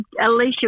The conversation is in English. Alicia